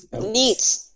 Neat